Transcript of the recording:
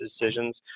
decisions